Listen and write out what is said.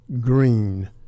green